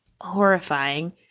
horrifying